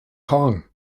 kong